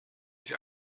sie